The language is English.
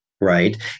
right